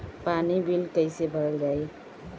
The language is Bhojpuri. पानी बिल कइसे भरल जाई?